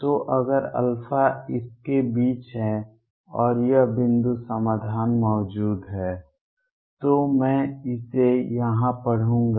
तो अगर α इसके बीच है और यह बिंदु समाधान मौजूद है तो मैं इसे यहां पढ़ूंगा